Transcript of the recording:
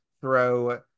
throw